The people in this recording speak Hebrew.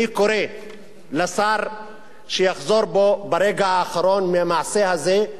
אני קורא לשר שיחזור בו ברגע האחרון מהמעשה הזה,